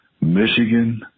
Michigan